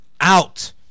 out